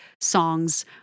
songs